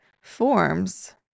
forms